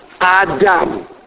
Adam